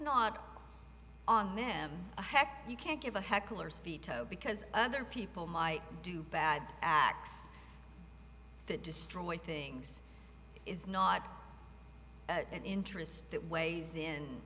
not on them a heck you can't give a heckler's veto because other people might do bad acts that destroy things is not and interests that w